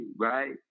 right